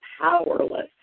powerless